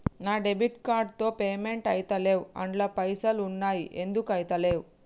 నా debit card తో payment ఐతలేవ్ అండ్ల పైసల్ ఉన్నయి ఎందుకు ఐతలేవ్?